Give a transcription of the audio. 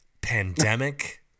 Pandemic